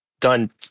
done